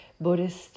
Buddhist